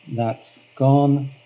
that's gone.